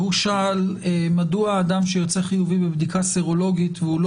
הוא שאל מדוע אדם שיוצא חיובי בבדיקה סרולוגית והוא לא